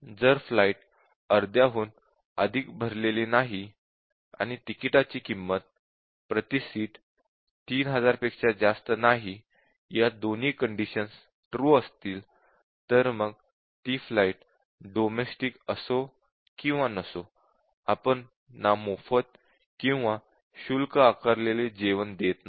जर फ्लाइट अर्ध्याहून अधिक भरलेली नाही आणि तिकिटाची किंमत प्रति सीट 3000 पेक्षा जास्त नाही या दोन्ही कंडिशन्स ट्रू असतील तर मग ती फ्लाइट डोमेस्टीक असो किंवा नसो आपण ना मोफत किंवा शुल्क आकारलेले जेवण देत नाही